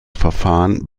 verfahren